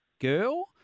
Girl